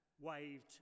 waved